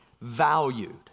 valued